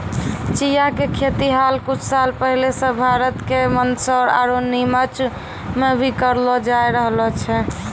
चिया के खेती हाल कुछ साल पहले सॅ भारत के मंदसौर आरो निमच मॅ भी करलो जाय रहलो छै